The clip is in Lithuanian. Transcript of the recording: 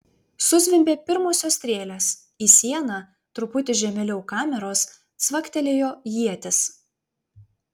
suzvimbė pirmosios strėlės į sieną truputį žemėliau kameros cvaktelėjo ietis